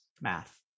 math